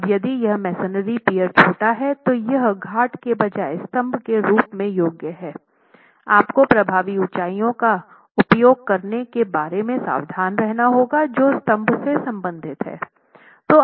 अब यदि यह मेसनरी पियर छोटा है तो यह घाट के बजाय स्तंभ के रूप में योग्य है आपको प्रभावी ऊंचाइयों का उपयोग करने के बारे में सावधान रहना होगा जो स्तंभ से संबंधित है